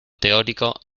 teórico